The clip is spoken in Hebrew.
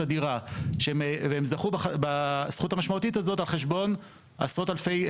הדירה והם זכו בזכות המשמעותית הזאת על חשבון עשרות אלפי,